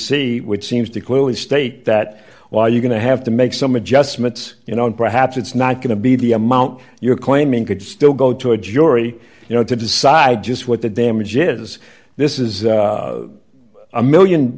c which seems to clearly state that while you're going to have to make some adjustments you know and perhaps it's not going to be the amount you're claiming could still go to a jury you know to decide just what the damage is this is a one million